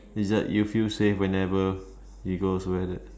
it's like you feel safe whenever you go